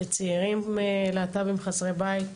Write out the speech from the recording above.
לצעירים להט"בים חסרי בית,